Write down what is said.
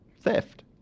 theft